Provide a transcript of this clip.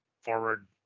forward